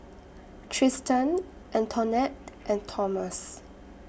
Tristan Antoinette and Thomas